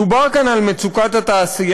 דובר כאן על מצוקת התעשייה,